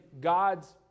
God's